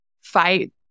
fight